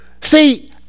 see